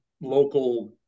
local